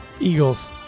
Eagles